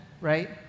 right